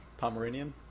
Pomeranian